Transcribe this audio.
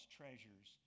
treasures